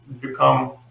become